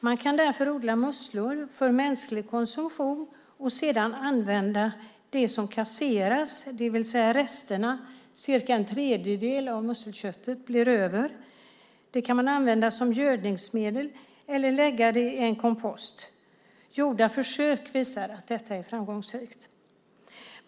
Man kan därför odla musslor för mänsklig konsumtion och sedan använda det som kasseras, det vill säga resterna - ca en tredjedel av musselköttet blir över - som gödningsmedel eller för att lägga i en kompost. Gjorda försök visar att detta är framgångsrikt.